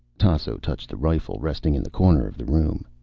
tasso touched the rifle, resting in the corner of the room.